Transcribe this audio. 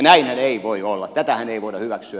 näinhän ei voi olla tätähän ei voida hyväksyä